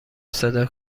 صدا